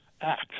act